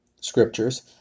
scriptures